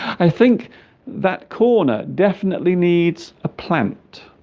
i think that corner definitely needs a plant